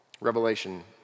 Revelation